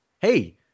Hey